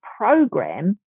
program